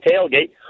tailgate